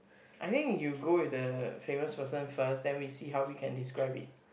I think you go with the famous person first then we see how we can describe it